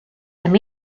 amb